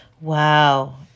Wow